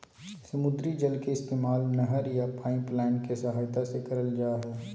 समुद्री जल के इस्तेमाल नहर या पाइपलाइन के सहायता से करल जा हय